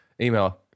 Email